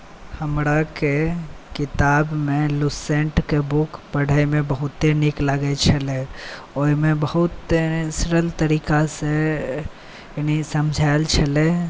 हमराके किताबमे लूसेन्टके बुक पढ़ैमे बहुते नीक लागै छलै ओहिमे बहुत नेचुरल तरीकासँ समझाएल छलै